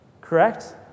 correct